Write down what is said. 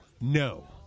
no